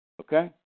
okay